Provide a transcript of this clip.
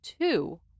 two